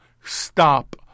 Stop